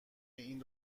این